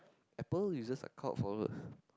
apple is just a cult follower